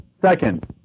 Second